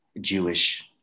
Jewish